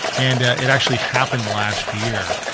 and it actually happened last year,